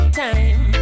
time